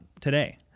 today